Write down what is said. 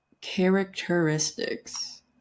characteristics